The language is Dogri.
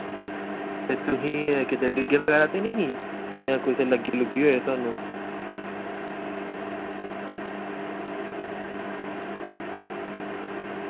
ते तुस कुदै डिग्गे बगैरा ते नना ही जां कुदै लग्गी होऐ तां